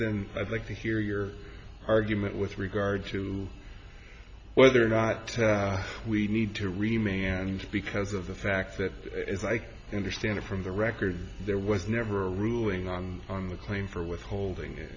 then i'd like to hear your argument with regard to whether or not we need to remain and because of the fact that as i understand it from the record there was never a ruling on on the claim for withholding i